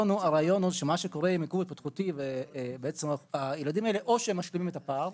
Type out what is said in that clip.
בעיכוב התפתחותי - או שהילדים האלה משלימים את הפער,